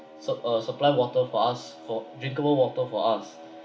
su~ uh supply water for us for drinkable water for us